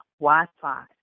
Wi-Fi